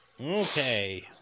Okay